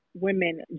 women